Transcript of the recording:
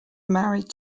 married